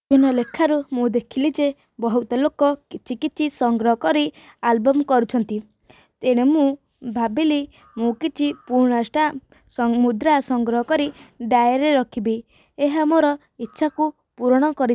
ବିଭିନ୍ନ ଲେଖାରୁ ମୁଁ ଦେଖିଲି ଯେ ବହୁତ ଲୋକ କିଛି କିଛି ସଂଗ୍ରହ କରି ଆଲବମ୍ କରୁଛନ୍ତି ତେଣୁ ମୁଁ ଭାବିଲି ମୁଁ କିଛି ପୁରୁଣା ଷ୍ଟାମ୍ପ ସ ମୁଦ୍ରା ସଂଗ୍ରହ କରି ଡାଇରୀରେ ରଖିବି ଏହା ମୋର ଇଛାକୁ ପୁରଣ କରି